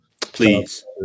please